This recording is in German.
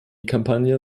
kampagne